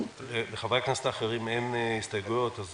לחברי הכנסת האחרים אין הסתייגויות אז